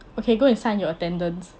okay go and sign your attendance